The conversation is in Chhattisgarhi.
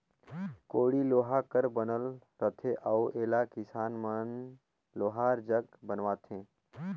कोड़ी लोहा कर बनल रहथे अउ एला किसान मन लोहार जग बनवाथे